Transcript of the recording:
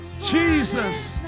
Jesus